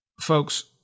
folks